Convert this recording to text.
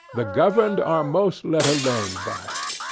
the governed are most let alone by it.